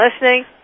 listening